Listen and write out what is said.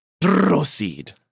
proceed